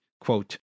quote